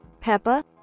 peppa